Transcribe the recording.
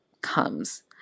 comes